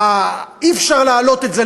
אי-אפשר להעלות אז זה,